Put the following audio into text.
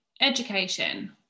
education